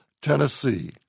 Tennessee